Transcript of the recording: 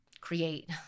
create